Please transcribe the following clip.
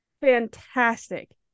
fantastic